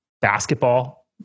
basketball